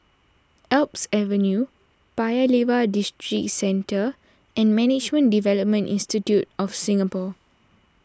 Alps Avenue Paya Lebar Districentre and Management Development Institute of Singapore